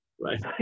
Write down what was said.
Right